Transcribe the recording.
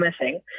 missing